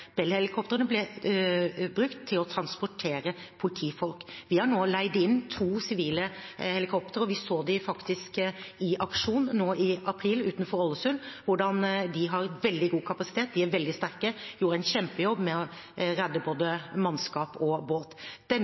ble brukt til å transportere politifolk. Vi har nå leid inn to sivile helikoptre, og vi så dem faktisk i aksjon nå i april utenfor Ålesund. De har veldig god kapasitet, de er veldig sterke, og de gjorde en kjempejobb med å redde både mannskap og båt.